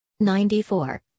94